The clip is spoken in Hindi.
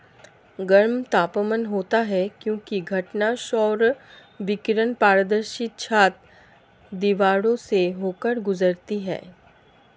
गर्म तापमान होता है क्योंकि घटना सौर विकिरण पारदर्शी छत, दीवारों से होकर गुजरती है